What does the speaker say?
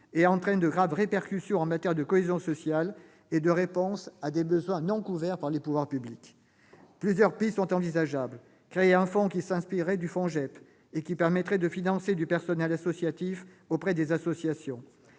et entraîne de graves répercussions en matière de cohésion sociale et de réponse à des besoins non couverts par les pouvoirs publics. Plusieurs pistes sont envisageables : créer un fonds qui s'inspirerait du FONJEP et qui permettrait de financer du personnel associatif auprès des associations